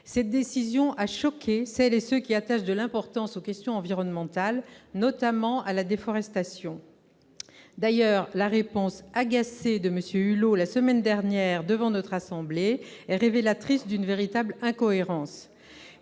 Cette décision a choqué celles et ceux qui attachent de l'importance aux questions environnementales, notamment à la déforestation. D'ailleurs, la réponse agacée de M. Hulot la semaine dernière devant notre assemblée est révélatrice d'une véritable incohérence.